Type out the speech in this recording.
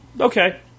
okay